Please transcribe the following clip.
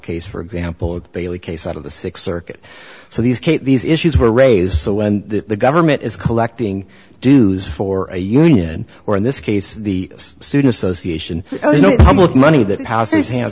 case for example of bailey case out of the six circuit so these k these issues were raised so when the government is collecting dues for a union or in this case the student association oh you know public money that houses have